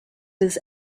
this